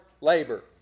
labor